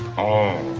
oh,